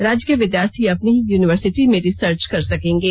राज्य के विद्यार्थी अपनी ही यूनिवर्सिटी में रिसर्च कर सकेंगे